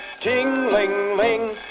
ting-ling-ling